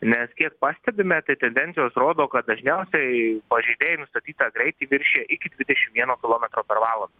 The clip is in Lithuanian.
nes kiek pastebime tai tendencijos rodo kad dažniausiai pažeidėjai nustatytą greitį viršija iki dvidešim vieno kilometro per valandą